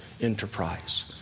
enterprise